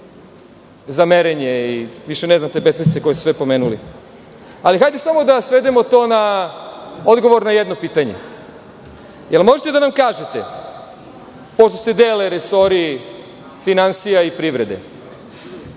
za merenje i više ne znam te besmislice koje ste sve pomenuli, ali hajde samo to da svedemo na odgovor na jedno pitanje. Da li možete da nam kažete, pošto se dele resori finansija i privrede,